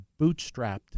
bootstrapped